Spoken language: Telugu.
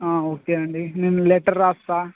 ఓకే అండి నేను లెటర్ వ్రాస్తాను